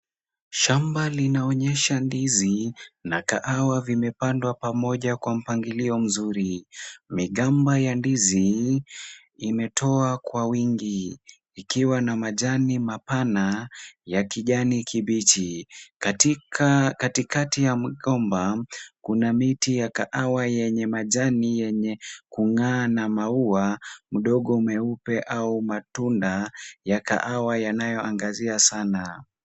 Shamba linaonyesha ndizi na kahawa vimepandwa pamoja kwa mpangilio mzuri. Migamba ya ndizi imetoa kwa wingi ikiwa na majani mapana ya kijani kibichi. Katikati ya migomba kuna miti ya kahawa yenye majani yenye kung'aa na maua mdogo meupe au matunda ya kahawa yanayoangazia sana.